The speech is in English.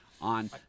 On